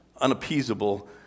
unappeasable